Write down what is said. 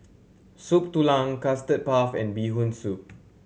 Soup Tulang Custard Puff and Bee Hoon Soup